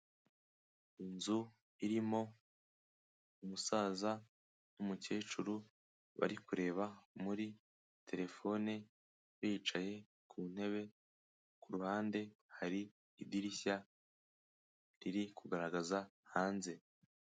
Inzu irimo umusaza n'umukecuru bari kureba muri terefone bicaye ku ntebe, ku ruhande hari idirishya riri kugaragaza hanze.